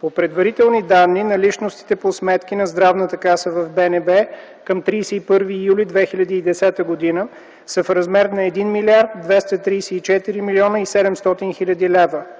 По предварителни данни наличностите по сметки на Здравната каса в БНБ към 31 юли 2010 г. са в размер на 1 млрд. 234 млн. 700 хил. лв.